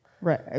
Right